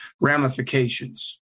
ramifications